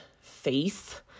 faith